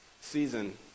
season